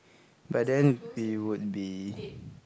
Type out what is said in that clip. by then we would be